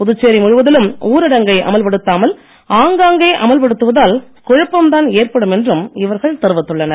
புதுச்சேரி முழுவதிலும் ஊரடங்கை அமல் படுத்தாமல் ஆங்காங்கே அமல் படுத்துவதால் குழப்பம்தான் ஏற்படும் என்றும் இவர்கள் தெரிவித்துள்னர்